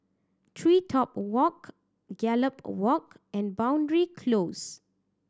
TreeTop Walk Gallop Walk and Boundary Close